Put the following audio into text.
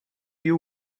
you